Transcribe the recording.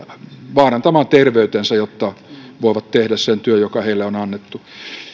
vaarantamaan terveytensä jotta voivat tehdä sen työn joka heille on annettu